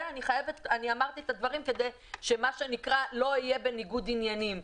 אמרתי את הדברים כדי שמה שנקרא לא אהיה בניגוד עניינים.